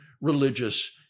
religious